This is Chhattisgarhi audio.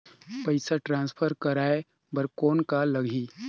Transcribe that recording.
पइसा ट्रांसफर करवाय बर कौन का लगही?